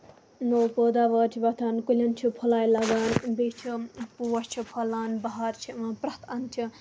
نوٚو پٲداوار چھِ وۄتھان کُلین چھِ پھٔلاے لگان بیٚیہِ چھِ پوش چھِ پھۄلا بہار چھِ یِوان پرٮ۪تھ اَندٕ چھِ